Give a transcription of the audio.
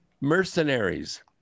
mercenaries